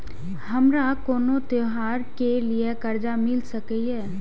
हमारा कोनो त्योहार के लिए कर्जा मिल सकीये?